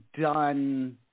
done